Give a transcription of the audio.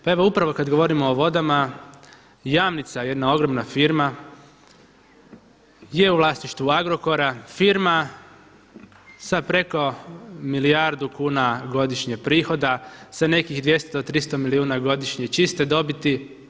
Pa evo upravo kad govorimo o vodama Jamnica je jedna ogromna firma, je u vlasništvu Agrokora, firma sa preko milijardu kuna godišnje prihoda sa nekih 200, 300 milijuna godišnje čiste dobiti.